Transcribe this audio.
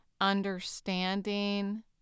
understanding